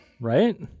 Right